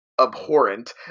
abhorrent